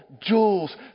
jewels